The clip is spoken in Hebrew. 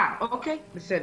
בסדר.